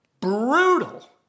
Brutal